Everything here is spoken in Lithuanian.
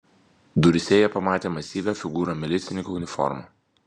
duryse jie pamatė masyvią figūrą milicininko uniforma